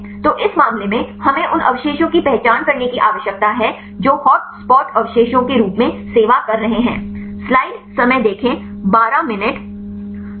तो इस मामले में हमें उन अवशेषों की पहचान करने की आवश्यकता है जो हॉटस्पॉट अवशेषों के रूप में सेवा कर रहे हैं